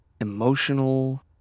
emotional